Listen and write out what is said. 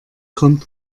kommt